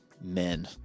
men